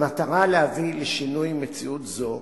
במטרה להביא לשינוי מציאות זו,